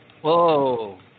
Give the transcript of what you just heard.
whoa